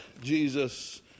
Jesus